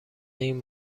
این